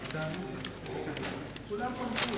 בתאריך 17 בינואר 2010. המאבקים החריפים